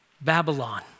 Babylon